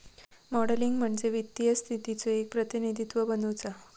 modelling म्हणजे वित्तीय स्थितीचो एक प्रतिनिधित्व बनवुचा